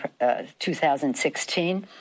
2016